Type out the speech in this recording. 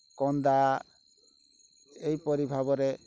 କନ୍ଦା ଏହିପରି ଭାବରେ